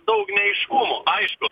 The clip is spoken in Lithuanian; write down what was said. daug neaiškumų aišku